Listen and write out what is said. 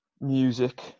music